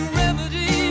remedy